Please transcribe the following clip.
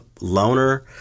loner